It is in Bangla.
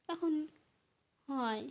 এখন হয়